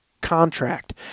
contract